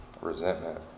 resentment